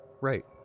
Right